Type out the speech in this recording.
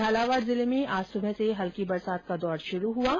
झालावाड जिले में आज सुबह से हल्की बरसात का दौर शुरू हो गया है